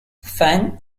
fan